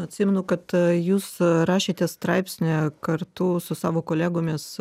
atsimenu kad jūs rašėte straipsnį kartu su savo kolegomis